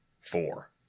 four